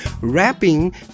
Rapping